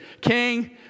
King